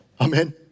amen